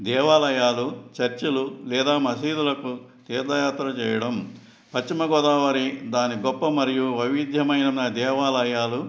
దేవాలయాలు చర్చులు లేదా మసీదులకు తీర్థయాత్రలు చేయడం పశ్చిమగోదావరి దాని గొప్ప మరియు వైవిధ్యమైన నా దేవాలయాలు